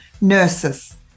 nurses